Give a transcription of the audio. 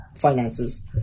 finances